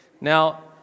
Now